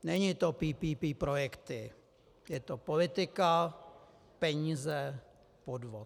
Není to PPP projekty je to politika, peníze, podvod.